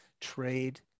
trade